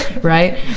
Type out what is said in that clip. right